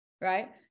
Right